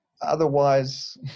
otherwise